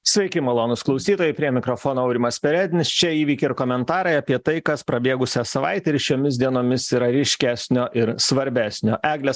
sveiki malonūs klausytojai prie mikrofono aurimas perednis čia įveikiai ir komentarai apie tai kas prabėgusią savaitę ir šiomis dienomis yra ryškesnio ir svarbesnio eglė